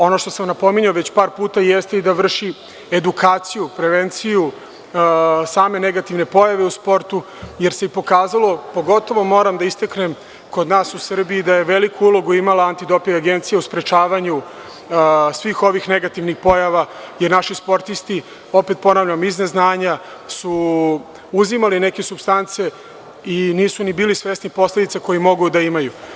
Ono što sam napominjao već par puta jeste i da vrši edukaciju, prevenciju same negativne pojave u sportu, jer se pokazalo, pogotovo moram da istaknem kod nas u Srbiji, da je veliku ulogu imala Antidoping agencija u sprečavanju svih ovih negativnih pojava, jer su naši sportisti, opet ponavljam, iz neznanja uzimali neke supstance i nisu ni bili svesni posledica koje mogu da imaju.